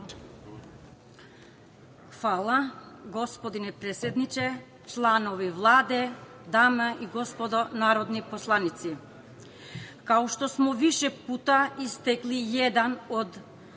Hvala. Gospodine predsedniče, članovi Vlade, dame i gospodo narodni poslanici, kao što smo više istakli, jedan od